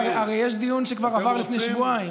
הרי יש דיון שכבר עבר לפני שבועיים,